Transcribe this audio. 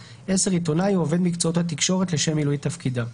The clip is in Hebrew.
(10) עיתונאי או עובד מקצועות התקשורת לשם מילוי תפקידם.